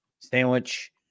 sandwich